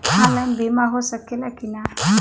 Online बीमा हो सकेला की ना?